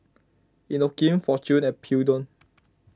Inokim fortune and Peugeot